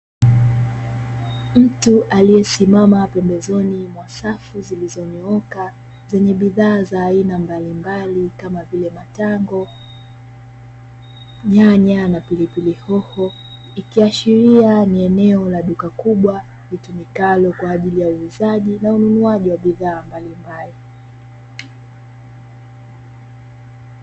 Mtu aliyesimama pembezoni mwa safu zilizonyooka, zenye bidhaa za aina mbalimbali, kama vile; matango, nyanya na pilipili hoho, ikiashiria ni eneo la duka kubwa litumikalo kwa ajili ya uuzaji na ununuaji wa bidhaa mbalimbali.